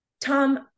Tom